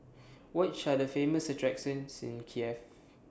Which Are The Famous attractions in Kiev